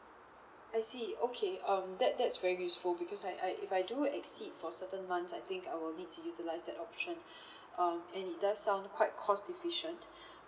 I see okay um that that's very useful because I I if I do exceed for certain months I think I will need to utilize that option um and it does sounds quite cost efficient